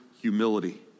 humility